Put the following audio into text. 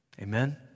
Amen